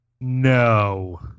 No